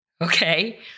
Okay